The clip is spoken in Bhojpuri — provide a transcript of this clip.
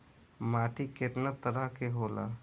माटी केतना तरह के होला?